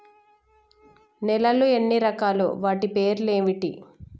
నేలలు ఎన్ని రకాలు? వాటి పేర్లు ఏంటివి?